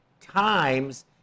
times